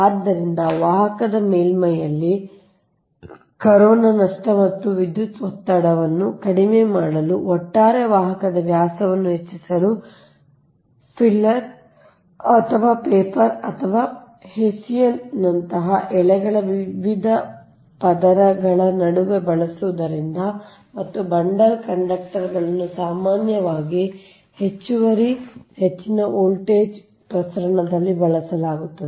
ಆದ್ದರಿಂದ ವಾಹಕದ ಮೇಲ್ಮೈಯಲ್ಲಿ ಕರೋನಾ ನಷ್ಟ ಮತ್ತು ವಿದ್ಯುತ್ ಒತ್ತಡವನ್ನು ಕಡಿಮೆ ಮಾಡಲು ಒಟ್ಟಾರೆ ವಾಹಕದ ವ್ಯಾಸವನ್ನು ಹೆಚ್ಚಿಸಲು ಫಿಲ್ಲರ ಅಥವಾ ಪೇಪರ್ ಅಥವಾ ಹೆಸ್ಸಿಯಾನ್ನಂತಹ ಎಳೆಗಳ ವಿವಿಧ ಪದರಗಳ ನಡುವೆ ಬಳಸುವುದರಿಂದ ಮತ್ತು ಬಂಡಲ್ ಕಂಡಕ್ಟರ್ ಗಳನ್ನು ಸಾಮಾನ್ಯವಾಗಿ ಹೆಚ್ಚುವರಿ ಹೆಚ್ಚಿನ ವೋಲ್ಟೇಜ್ ಪ್ರಸರಣದಲ್ಲಿ ಬಳಸಲಾಗುತ್ತದೆ